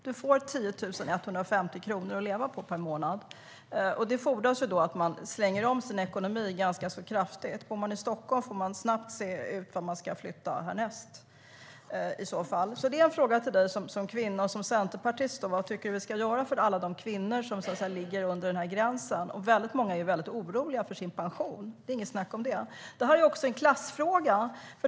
Du får 10 150 kronor att leva på per månad. Det fordrar att man slänger om sin ekonomi ganska så kraftigt. Bor man i Stockholm får man snabbt se ut vart man ska flytta härnäst. Detta är en fråga till dig som kvinna och centerpartist: Vad tycker du att vi ska göra för alla de kvinnor som ligger under gränsen? Väldigt många är väldigt oroliga för sin pension. Det är inget snack om det. Det är också en klassfråga.